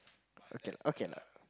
okay okay lah